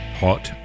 hot